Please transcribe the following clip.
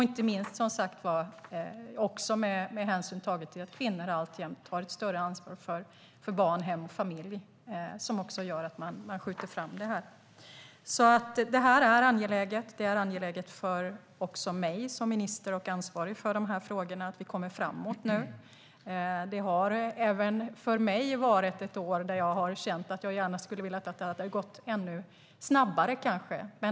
Inte minst tar som sagt kvinnor alltjämt ett större ansvar för barn, hem och familj, vilket också gör att man skjuter fram det här. Det är angeläget, inte minst för mig som minister och ansvarig för de här frågorna, att vi nu kommer framåt. Det har även för mig varit ett år då jag känt att jag gärna velat att det skulle ha gått ännu snabbare.